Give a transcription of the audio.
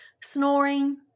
Snoring